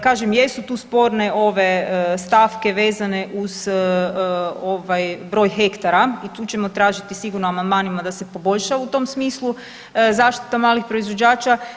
Kažem jesu tu sporne ove stavke vezane uz broj hektara i tu ćemo tražiti sigurno amandmanima da se poboljša u tom smislu zaštita malih proizvođača.